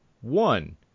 one